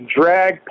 drag